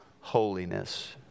holiness